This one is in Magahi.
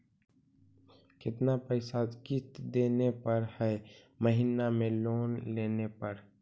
कितना पैसा किस्त देने पड़ है महीना में लोन लेने पर?